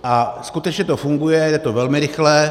A skutečně to funguje, je to velmi rychlé.